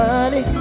Honey